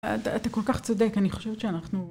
אתה כל כך צודק, אני חושבת שאנחנו...